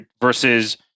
versus